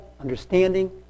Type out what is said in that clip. understanding